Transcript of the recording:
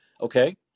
okay